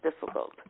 difficult